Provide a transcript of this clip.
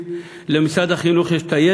למשרד החינוך יש התקציב,